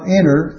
enter